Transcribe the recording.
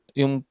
yung